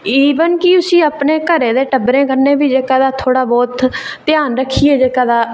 even कि उसी अपने घरै दे टब्बरै कन्नै जेह्का थोह्ड़ा बहुत ध्यान रक्खियै जेह्का तां